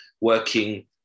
working